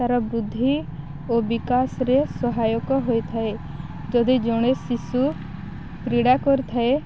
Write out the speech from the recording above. ତାର ବୁଦ୍ଧି ଓ ବିକାଶରେ ସହାୟକ ହୋଇଥାଏ ଯଦି ଜଣେ ଶିଶୁ କ୍ରୀଡ଼ା କରିଥାଏ